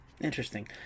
Interesting